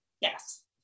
Yes